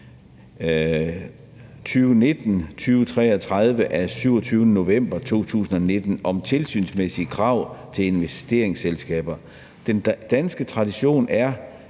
2019/2033 af 27. november 2019, om tilsynsmæssige krav til investeringsselskaber. Den danske tradition er